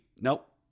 Nope